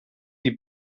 die